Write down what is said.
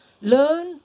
Learn